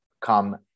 come